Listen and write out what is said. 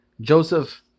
Joseph